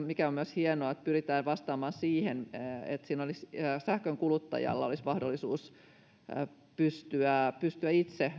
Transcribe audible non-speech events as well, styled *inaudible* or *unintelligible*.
*unintelligible* mikä on myös hienoa kokoomuksen vastalauseessa on se että pyritään vastaamaan siihen että sähkön kuluttajalla olisi mahdollisuus pystyä pystyä itse